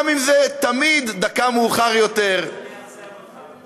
גם אם זה תמיד דקה מאוחר יותר ------ אאכזב אותך.